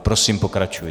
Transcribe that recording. Prosím, pokračujte.